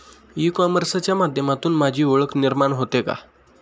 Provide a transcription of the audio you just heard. E कॉमर्सच्या माध्यमातून माझी ओळख निर्माण होते का?